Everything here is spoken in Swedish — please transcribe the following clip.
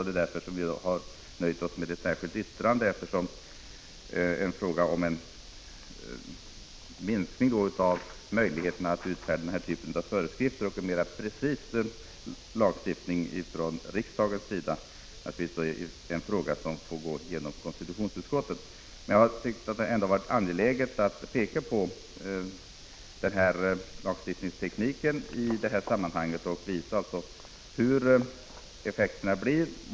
Det är därför vi har nöjt oss med ett särskilt yttrande, eftersom en fråga om minskning av möjligheterna att utforma den här typen av föreskrifter och krav på en mer precis lagstiftning från riksdagens sida behandlas i konstitutionsutskottet. Jag har tyckt att det ändå har varit angeläget att peka på lagstiftningstekniken i detta sammanhang och visa vilka effekterna blir.